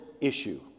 issue